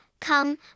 come